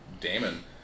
Damon